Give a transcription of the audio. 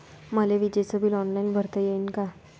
मले विजेच bill online भरता येईन का?